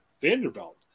Vanderbilt